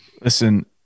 Listen